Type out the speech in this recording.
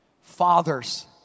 Fathers